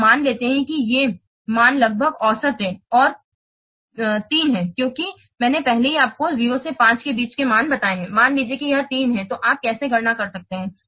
और हम मान लेते हैं कि ये मान लगभग औसत हैं यह 3 है क्योंकि मैंने पहले ही आपको 0 से 5 के बीच का मान बताया है मान लीजिए यह 3 है तो आप कैसे गणना कर सकते हैं